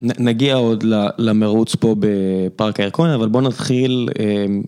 נגיע עוד למרוץ פה בפארק הירקון, אבל בוא נתחיל.